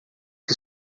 que